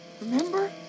remember